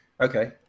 okay